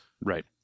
Right